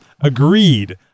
agreed